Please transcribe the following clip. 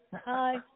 Hi